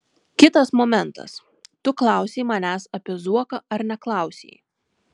kitas momentas tu klausei manęs apie zuoką ar neklausei